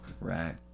Right